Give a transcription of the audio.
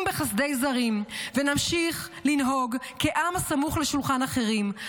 בחסדי זרים ונמשיך לנהוג כעם הסמוך לשולחן אחרים.